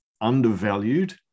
undervalued